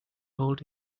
hold